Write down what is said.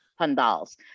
pandals